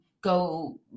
go